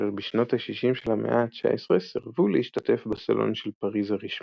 אשר בשנות השישים של המאה ה-19 סירבו להשתתף בסלון של פריס הרשמי,